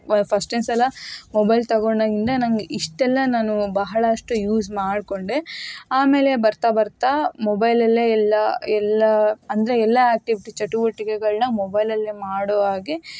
ಫಸ್ಟ್ನೆ ಸಲ ಮೊಬೈಲ್ ತಗೊಂಡಾಗಿಂದ ನನಗೆ ಇಷ್ಟೆಲ್ಲ ನಾನು ಬಹಳಷ್ಟು ಯೂಸ್ ಮಾಡ್ಕೊಂಡೆ ಆಮೇಲೆ ಬರುತ್ತಾ ಬರುತ್ತಾ ಮೊಬೈಲಲ್ಲೇ ಎಲ್ಲ ಎಲ್ಲ ಅಂದರೆ ಎಲ್ಲ ಆ್ಯಕ್ಟಿವಿಟಿ ಚಟುವಟಿಕೆಗಳನ್ನ ಮೊಬೈಲಲ್ಲೇ ಮಾಡುವ ಹಾಗೆ